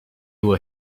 were